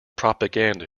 propaganda